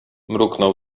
mruknął